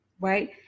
right